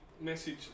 message